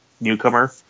newcomer